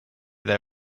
they